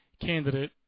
candidate